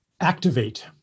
activate